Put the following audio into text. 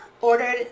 ordered